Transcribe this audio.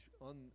on